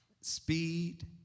speed